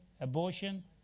abortion